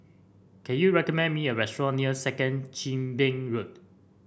can you recommend me a restaurant near Second Chin Bee Road